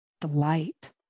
delight